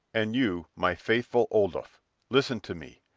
and you my faithful odulph, listen to me.